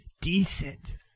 Decent